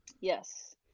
Yes